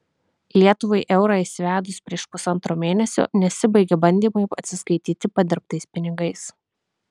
lietuvai eurą įsivedus prieš pusantro mėnesio nesibaigia bandymai atsiskaityti padirbtais pinigais